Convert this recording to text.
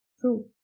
True